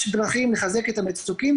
יש דרכים לחזק את המצוקים.